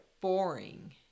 boring